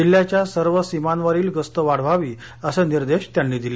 जिल्ह्याच्या सर्व सीमांवरील गस्त वाढवावी असे निर्देश त्यांनी दिले